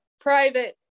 private